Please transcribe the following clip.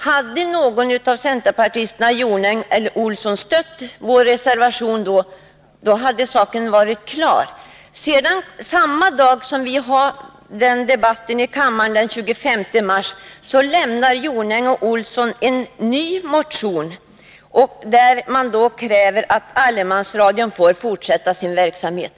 Hade någon av centerpartisterna Gunnel Jonäng eller Johan Olsson stött reservationen då, hade saken varit klar. Samma dag som det ärendet behandlades i kammaren, den 25 mars, väckte Gunnel Jonäng och Johan A. Olsson en ny motion, där de krävde att allemansradion får fortsätta sin verksamhet!